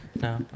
No